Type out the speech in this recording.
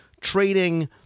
trading